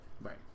Right